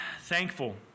thankful